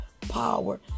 power